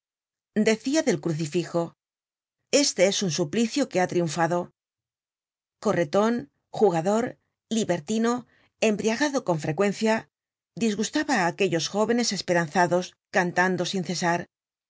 decia del crucifijo este es un suplicio que ha triunfado correton jugador libertino embriagado con frecuencia disgustaba á aquellos jóvenes esperanzados cantando sin cesar